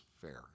fair